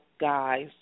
guys